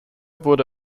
wurde